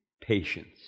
patience